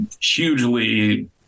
hugely